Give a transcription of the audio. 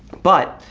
but,